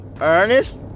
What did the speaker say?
Ernest